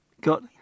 got